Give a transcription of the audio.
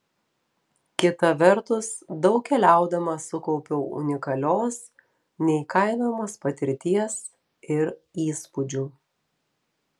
kita vertus daug keliaudama sukaupiau unikalios neįkainojamos patirties ir įspūdžių